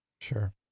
Sure